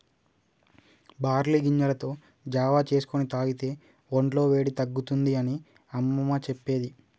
barley గింజలతో జావా చేసుకొని తాగితే వొంట్ల వేడి తగ్గుతుంది అని అమ్మమ్మ చెప్పేది